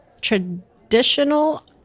traditional